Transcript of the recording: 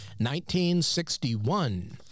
1961